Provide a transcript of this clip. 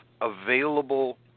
available